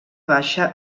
baixa